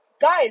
guys